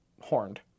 horned